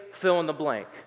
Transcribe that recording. fill-in-the-blank